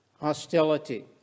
hostility